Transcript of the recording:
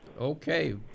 Okay